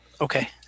Okay